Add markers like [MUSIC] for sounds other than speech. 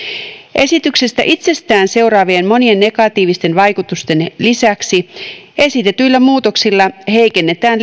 esityksestä itsestään seuraavien monien negatiivisten vaikutusten lisäksi esitetyillä muutoksilla heikennetään [UNINTELLIGIBLE]